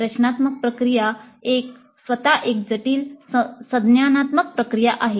रचनात्मक प्रक्रिया स्वतः एक जटिल संज्ञानात्मक प्रक्रिया आहे